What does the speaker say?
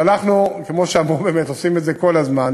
אז אנחנו, כמו שאמרו באמת, עושים את זה כל הזמן.